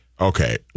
Okay